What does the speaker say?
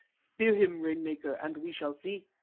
spear him, rain-maker, and we shall see.